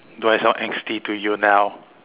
do I sound angsty to you now